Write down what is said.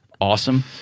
awesome